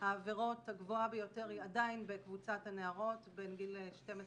העבירות הגבוהה ביותר היא עדיין בקבוצת הנערות בין גיל 12